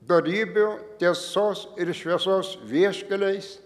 dorybių tiesos ir šviesos vieškeliais